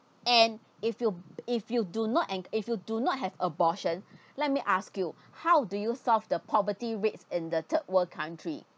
and if you if you do not enc~ if you do not have abortion let me ask you how do you solve the poverty rates in the third world country